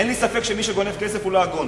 אין לי ספק שמי שגונב כסף הוא לא הגון.